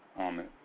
Amen